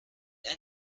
ein